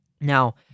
Now